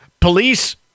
Police